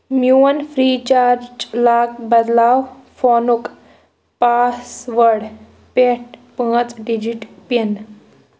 میون free charge lock بدلاو فونُک پاس وارڈ پٮ۪ٹھٕ پانٛژھ ڈجٹ پِن